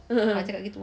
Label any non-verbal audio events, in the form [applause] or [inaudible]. [laughs]